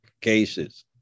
cases